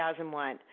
2001